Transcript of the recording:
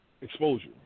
exposure